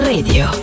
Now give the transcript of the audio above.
Radio